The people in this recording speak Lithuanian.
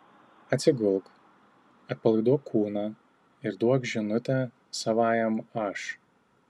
atsigulk atpalaiduok kūną ir duok žinutę savajam aš